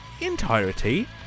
entirety